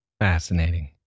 Fascinating